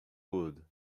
wood